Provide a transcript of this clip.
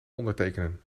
ondertekenen